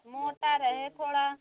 मोटा रहे थोड़ा